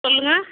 சொல்லுங்கள்